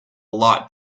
lot